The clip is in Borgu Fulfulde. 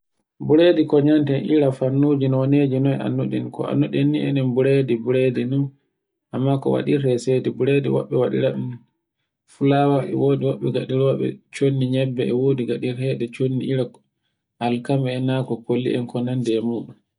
Buredi ko nyamte ira fannuji nonuji noye annduɗen. Ko annduɗen ni anen buredi buredi ni. Amma ko waɗirte saidi buredi woɓɓe waɗira ɗum fulawa e wodi woɓɓe waɗiro chondi nyebbe e wodi waɗirego chondi ira alkama en, na ko kolli en ko nanda e muɗum.